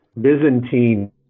Byzantine